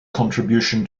contribution